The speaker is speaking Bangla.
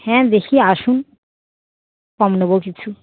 হ্যাঁ দেখি আসুন কম নেবো কিছু